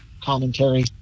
commentary